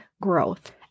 growth